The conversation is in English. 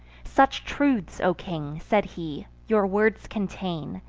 such truths, o king, said he, your words contain,